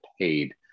paid